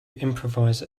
improvise